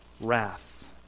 wrath